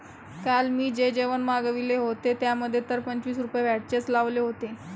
काल मी जे जेवण मागविले होते, त्यामध्ये तर पंचवीस रुपये व्हॅटचेच लावले होते